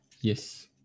yes